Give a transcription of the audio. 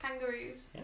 Kangaroos